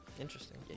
Interesting